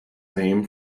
name